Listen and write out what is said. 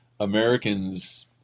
americans